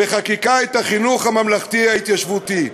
בחקיקה את החינוך הממלכתי ההתיישבותי,